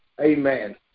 Amen